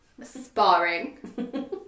sparring